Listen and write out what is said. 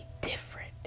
different